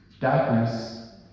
Darkness